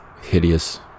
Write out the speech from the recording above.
hideous